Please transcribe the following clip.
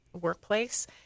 workplace